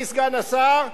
הרופא בא אליו.